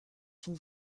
son